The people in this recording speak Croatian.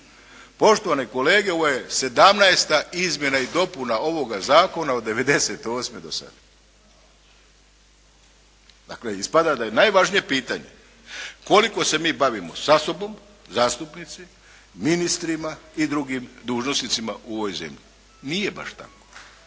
Poštovane kolege ovo je 17. izmjena i dopuna ovoga Zakona od 1998. do sad. Dakle ispada da je najvažnije pitanje koliko se mi bavimo sa sobom zastupnici, ministrima i drugim dužnosnicima u ovoj zemlji. Nije baš tako.